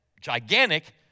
gigantic